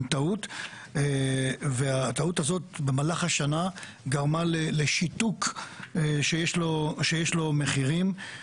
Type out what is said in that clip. טעות והטעות הזאת במהלך השנה גרמה לשיתוק שיש לו מחירים.